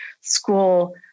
school